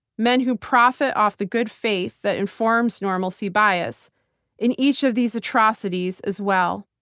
men who profit off the good faith that informs normalcy bias in each of these atrocities as well.